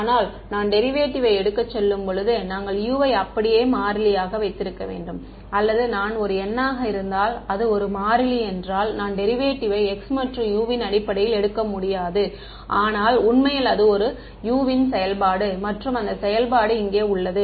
ஆனால் நான் டெரிவேட்டிவை எடுக்கச் செல்லும்போது நாங்கள் U வை அப்படியே மாறிலியாக வைத்திருக்க வேண்டும் அல்லது நான் ஒரு எண்ணாக இருந்தால் அது ஒரு மாறிலி என்றால் நான் டெரிவேட்டிவை x மற்றும் U ன் அடிப்படையில் எடுக்க முடியாது ஆனால் உண்மையில் அது U ன் ஒரு செயல்பாடு மற்றும் அந்த செயல்பாடு இங்கே உள்ளது